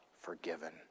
forgiven